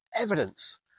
evidence